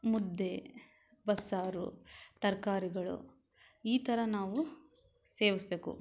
ಮುದ್ದೆ ಬಸ್ಸಾರು ತರಕಾರಿಗಳು ಈ ಥರ ನಾವು ಸೇವಿಸ್ಬೇಕು